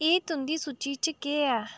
एह् तुं'दी सूची च केह् ऐ